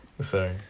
Sorry